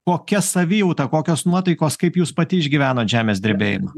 kokia savijauta kokios nuotaikos kaip jūs pati išgyvenot žemės drebėjimą